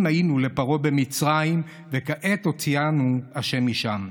היינו לפרעה במצרים וכעת הוציאנו השם משם.